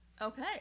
Okay